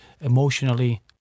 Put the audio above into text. emotionally